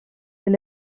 they